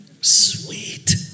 Sweet